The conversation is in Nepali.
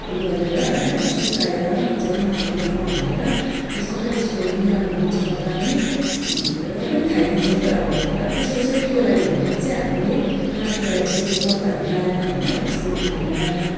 ऊ गरेर होइन अब सुकाएर मजाले माथिबाट मल हालेर त्यो स्वाट्टै त्यसको मुलाको बिउ छर्दा पनि र पनि खाइदिन्छ के अब अब त्यसको सेफ्टीको लागि हो भनेदेखि चाहिँ हामीले माथिबाट यसरी पत्ताहरू लगाएर होइन यस्तो ऊ योहरू लगाएर